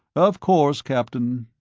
of course, captain,